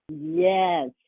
Yes